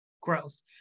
gross